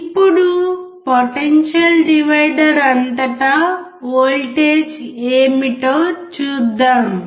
ఇప్పుడు potential divider అంతటా voltage ఏమిటో చూద్దాం